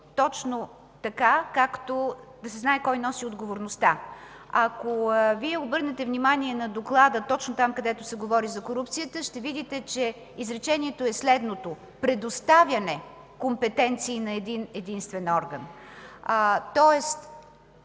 орган, така както и да се знае кой носи отговорността. Ако Вие обърнете внимание на Доклада точно там, където се говори за корупцията, ще видите, че изречението е следното: „предоставяне компетенции на един-единствен орган”, тоест,